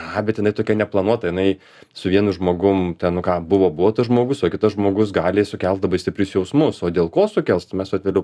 aha bet jinai tokia neplanuota jinai su vienu žmogum ten nu ką buvo buvo tas žmogus o kitas žmogus gali sukelt labai stiprius jausmus o dėl ko sukels tai mes vat vėliau